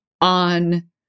on